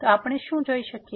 તો આપણે શું જોઈ શકીએ